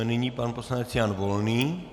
Nyní pan poslanec Jan Volný.